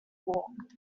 walked